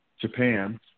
Japan